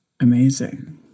amazing